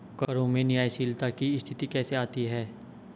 करों में न्यायशीलता की स्थिति कैसे आती है?